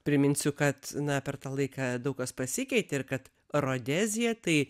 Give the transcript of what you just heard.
priminsiu kad na per tą laiką daug kas pasikeitė ir kad rodezija tai